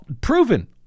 proven